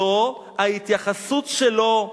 זו ההתייחסות שלו,